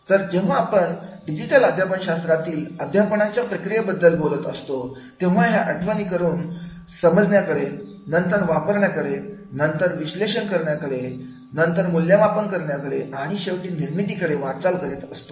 तर जेव्हा आपण डिजिटल अध्यापन शास्त्रातील अध्यापनाच्या प्रक्रियेबद्दल बोलत असतो तेव्हा हे आठवणी कडून समजण्या कडे नंतर वापरण्याकडे नंतर विश्लेषण करण्याकडे नंतर मूल्यमापन करण्याकडे आणि शेवटी निर्मितीकडे वाटचाल करीत असते